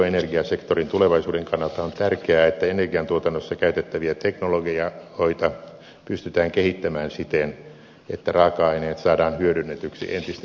bioenergiasektorin tulevaisuuden kannalta on tärkeää että energiantuotannossa käytettäviä teknologioita pystytään kehittämään siten että raaka aineet saadaan hyödynnetyksi entistä tehokkaammin